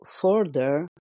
further